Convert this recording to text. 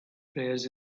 prayers